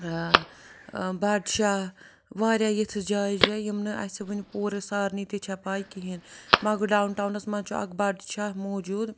بَڈشاہ واریاہ یِژھٕ جایہِ جایہِ یِم نہٕ اَسہِ وٕنہِ پوٗرٕ سارنٕے تہِ چھےٚ پَے کِہیٖنۍ مگر ڈاوُن ٹاونَس منٛز چھُ اَکھ بڈشاہ موٗجوٗد